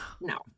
no